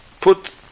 put